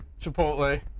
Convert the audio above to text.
Chipotle